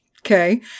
Okay